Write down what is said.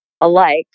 alike